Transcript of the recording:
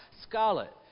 scarlet